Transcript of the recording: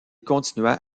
continua